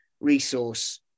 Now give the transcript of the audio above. resource